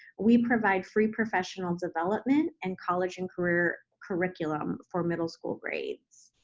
we provide free professional development and college and career curriculum for middle school grades.